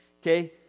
okay